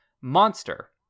Monster